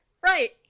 Right